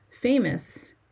famous